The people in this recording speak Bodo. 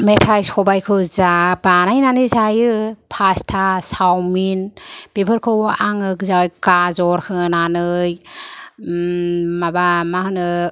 मेथाय सबायखौ जा बानायनानै जायो पास्टा सावमिन बेफोरखौ आङो गाजर होनानै माबा मा होनो